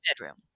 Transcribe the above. bedroom